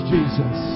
Jesus